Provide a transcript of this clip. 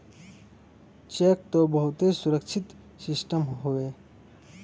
check त बहुते सुरक्षित सिस्टम हउए